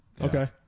Okay